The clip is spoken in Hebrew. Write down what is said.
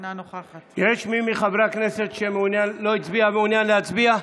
אינה נוכחת יש מי מחברי הכנסת שלא הצביע ומעוניין להצביע?